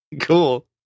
Cool